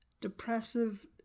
Depressive